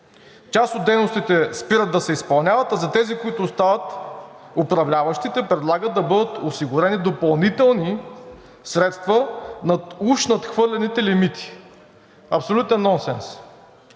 част от дейностите спират да се изпълняват, а за тези, които остават, управляващите предлагат да бъдат осигурени допълнителни средства над уж надхвърлените лимити. Абсолютен нонсенс!